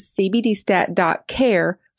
cbdstat.care